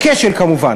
איפה שיש כשל כמובן,